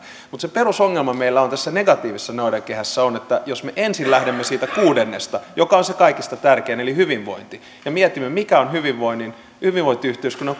mutta se perusongelma meillä tässä negatiivisessa noidankehässä on että jos me ensin lähdemme siitä kuudennesta joka on se kaikista tärkein eli hyvinvointi ja mietimme mikä on hyvinvointiyhteiskunnan